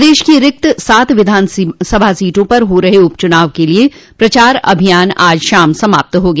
प्रदेश की रिक्त सात विधान सभा सीटों पर हो रहे उपचुनाव के लिए प्रचार अभियान आज शाम समाप्त हो गया